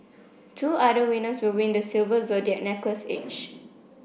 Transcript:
two other winners will win the silver zodiac necklace each